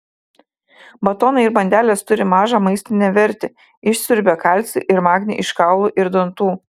batonai ir bandelės turi mažą maistinę vertę išsiurbia kalcį ir magnį iš kaulų ir dantų